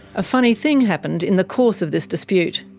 a funny thing happened in the course of this dispute.